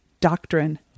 doctrine